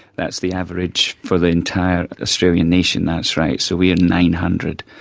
that's the average for the entire australian nation, that's right. so we are nine hundred,